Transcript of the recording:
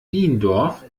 niendorf